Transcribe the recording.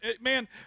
Man